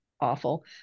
awful